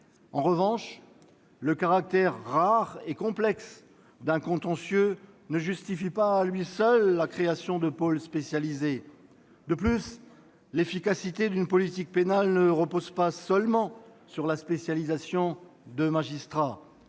En revanche, le caractère rare et complexe d'un contentieux ne justifie pas à lui seul la création de pôles spécialisés. De plus, l'efficacité d'une politique pénale ne repose pas seulement sur la spécialisation de magistrats.